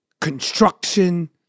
construction